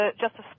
Justice